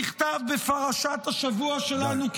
נכתב בפרשת השבוע שלנו,